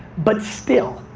but still,